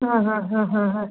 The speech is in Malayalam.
ആ ആ ആ ആ ആ